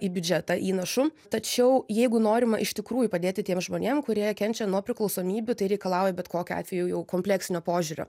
į biudžetą įnašu tačiau jeigu norima iš tikrųjų padėti tiems žmonėm kurie kenčia nuo priklausomybių tai reikalauja bet kokiu atveju jau kompleksinio požiūrio